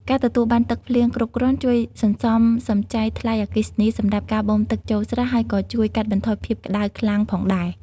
ការទទួលបានទឹកភ្លៀងគ្រប់គ្រាន់ជួយសន្សំសំចៃថ្លៃអគ្គិសនីសម្រាប់ការបូមទឹកចូលស្រះ ហើយក៏ជួយកាត់បន្ថយភាពក្ដៅខ្លាំងផងដែរ។